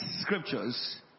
scriptures